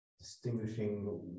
Distinguishing